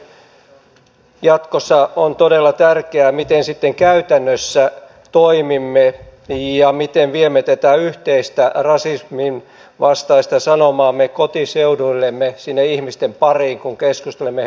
mielestäni jatkossa on todella tärkeää miten sitten käytännössä toimimme ja miten viemme tätä yhteistä rasismin vastaista sanomaamme kotiseuduillemme sinne ihmisten pariin kun keskustelemme heidän kanssaan